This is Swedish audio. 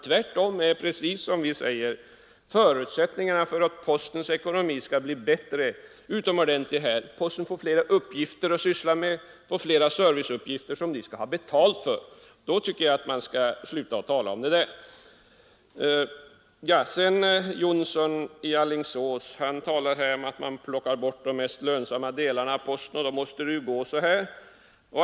Det är precis som vi säger: förutsättningarna för att postens ekonomi skall bli bättre är utomordentliga här; posten får genom sammanslagningen flera serviceuppgifter som posten skall ha betalt för. Därför tycker jag att man skall sluta med det talet. Herr Jonsson i Alingsås säger att man plockar bort de mest lönsamma delarna av postens verksamhet, och då måste det gå illa.